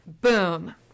Boom